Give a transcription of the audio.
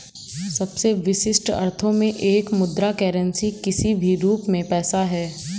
सबसे विशिष्ट अर्थों में एक मुद्रा करेंसी किसी भी रूप में पैसा है